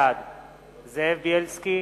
בעד זאב בילסקי,